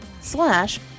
slash